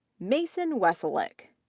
mason wesolek,